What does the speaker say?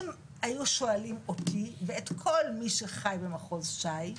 אם היו שואלים אותי ואת כל מי שחי במחוז ש"י,